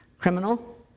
criminal